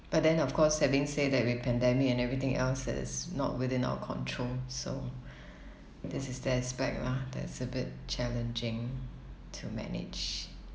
but then of course having said that with pandemic and everything else that is not within our control so this is the aspect lah that's a bit challenging to manage